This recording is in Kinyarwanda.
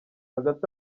hagati